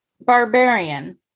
barbarian